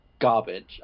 garbage